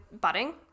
budding